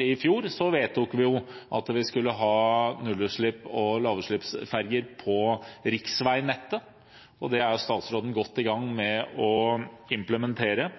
i fjor, vedtok vi nullutslipps- og lavutslippsferjer på riksveinettet, og det er statsråden godt i gang med å implementere.